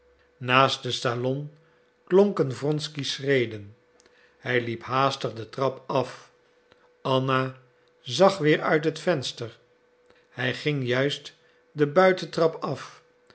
naast het salon klonken wronsky's schreden hij liep haastig de trap af anna zag weer uit het venster hij ging juist de buitentrap af